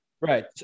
Right